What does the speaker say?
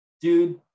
Dude